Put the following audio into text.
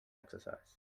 exercise